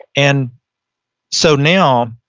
and so now,